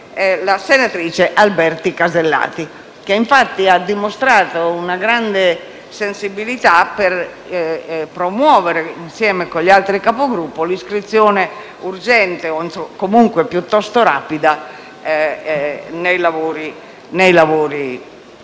la senatrice Alberti Casellati, che ha infatti dimostrato una grande sensibilità per promuovere, insieme con gli altri Capigruppo, l'iscrizione urgente, o comunque piuttosto rapida, della mozione